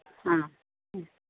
ആ